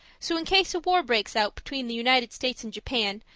so in case a war breaks out between the united states and japan,